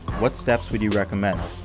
what steps would you recommend?